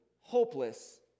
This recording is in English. hopeless